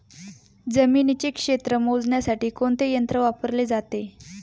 जमिनीचे क्षेत्र मोजण्यासाठी कोणते यंत्र वापरले जाते?